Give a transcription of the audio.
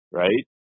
right